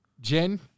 Jen